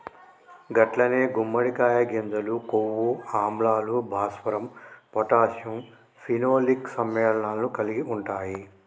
గట్లనే గుమ్మడికాయ గింజలు కొవ్వు ఆమ్లాలు, భాస్వరం పొటాషియం ఫినోలిక్ సమ్మెళనాలను కలిగి ఉంటాయి